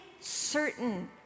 certain